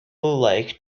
like